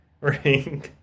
ring